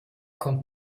kommt